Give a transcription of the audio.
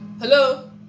hello